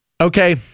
Okay